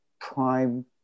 prime